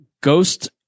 Ghost